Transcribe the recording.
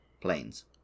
planes